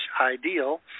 ideal